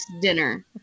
dinner